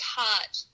touch